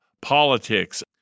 politics